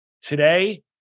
today